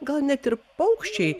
gal net ir paukščiai